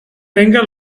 venga